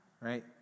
right